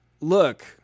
look